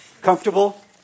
Comfortable